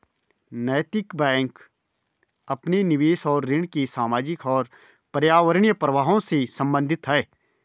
नैतिक बैंक अपने निवेश और ऋण के सामाजिक और पर्यावरणीय प्रभावों से संबंधित है